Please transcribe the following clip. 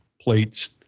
plates